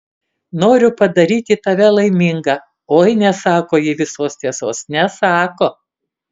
noriu padaryti tave laimingą oi nesako ji visos tiesos nesako